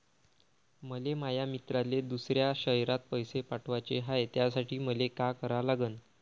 मले माया मित्राले दुसऱ्या शयरात पैसे पाठवाचे हाय, त्यासाठी मले का करा लागन?